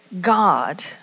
God